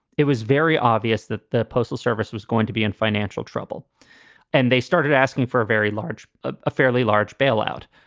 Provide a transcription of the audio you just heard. it was very obvious that the postal service was going to be in financial trouble and they started asking for a very large a fairly large bailout,